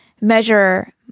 measure